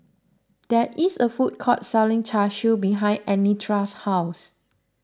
there is a food court selling Char Siu behind Anitra's house